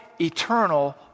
eternal